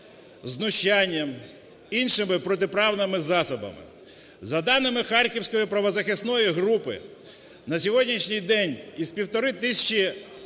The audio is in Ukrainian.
знущанням, іншими протиправними засобами. За даними Харківської правозахисної групи на сьогоднішній день із півтори тисячі